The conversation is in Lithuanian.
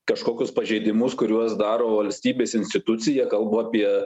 kažkokius pažeidimus kuriuos daro valstybės institucija kalbu apie